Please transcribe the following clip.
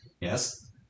Yes